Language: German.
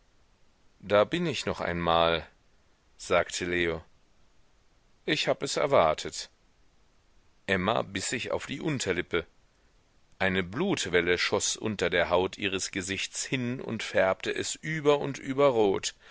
da bin ich noch einmal sagte leo ich hab es erwartet emma biß sich auf die unterlippe eine blutwelle schoß unter der haut ihres gesichts hin und färbte es über und über rot